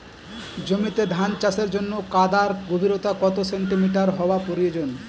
জমিতে ধান চাষের জন্য কাদার গভীরতা কত সেন্টিমিটার হওয়া প্রয়োজন?